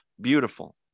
Beautiful